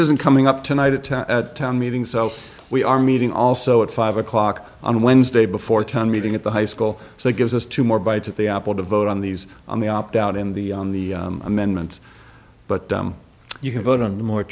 isn't coming up tonight at ten at town meeting so we are meeting also at five o'clock on wednesday before a town meeting at the high school so it gives us two more bites at the apple to vote on these on the opt out in the amendments but you can vote on